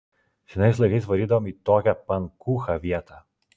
senais laikais varydavom į tokią pankūchą vietą